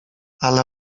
ale